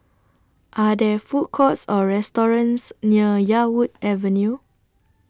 Are There Food Courts Or restaurants near Yarwood Avenue